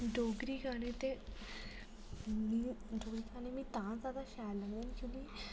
डोगरी गाने ते मीं तां जादा शैल लगदे न